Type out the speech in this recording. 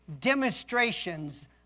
demonstrations